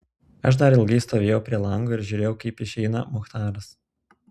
aš dar ilgai stovėjau prie lango ir žiūrėjau kaip išeina muchtaras